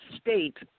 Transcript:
state